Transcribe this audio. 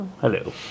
Hello